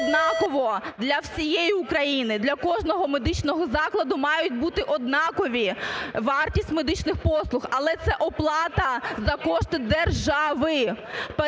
однаково для всієї України. Для кожного медичного закладу має бути однакова вартість медичних послуг. Але це оплата за кошти держави!